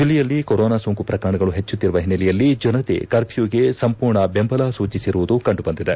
ಜಿಲ್ಲೆಯಲ್ಲಿ ಕೊರೋನಾ ಸೋಂಕು ಪ್ರಕರಣಗಳು ಹೆಚ್ಚುತ್ತಿರುವ ಹಿನ್ನೆಲೆಯಲ್ಲಿ ಜನತೆ ಕಫ್ರೊಗೆ ಸಂಪೂರ್ಣ ಬೆಂಬಲ ಸೂಚಿಸಿರುವುದು ಕಂಡು ಬಂದಿದೆ